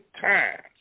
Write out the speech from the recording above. times